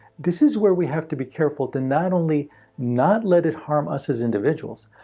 this is where we have to be careful to not only not let it harm us as individuals,